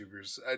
YouTubers